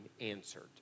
answered